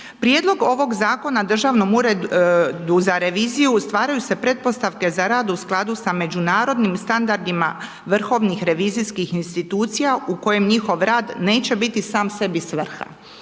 Prijedlog ovog zakona Državnog ureda za reviziju stvaraju se pretpostavke za rad u skladu sa međunarodnim standardima vrhovnih revizijskih institucija u kojem njihov rad neće biti sam sebi svrha.